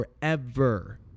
forever